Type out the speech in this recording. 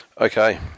Okay